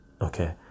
okay